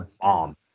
bomb